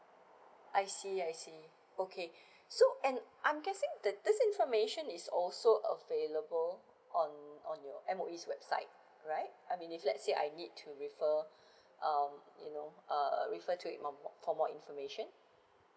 I see I see okay so and I'm guessing that this information is also available on on your M_O_E website right I mean if let's say I need to refer um you know uh refer to it um for more information